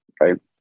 right